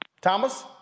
thomas